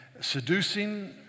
seducing